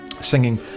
singing